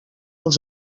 els